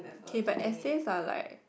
K but essays are like